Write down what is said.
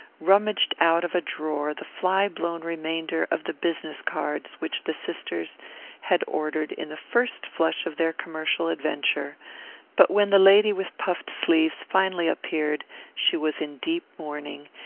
rummaged out of a drawer the fly-blown remainder of the business cards which the sisters had ordered in the first flush of their commercial adventure but when the lady with puffed sleeves finally appeared she was in deep mourning,